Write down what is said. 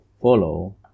follow